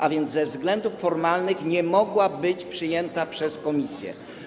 A więc ze względów formalnych nie mogła być przyjęta przez komisję.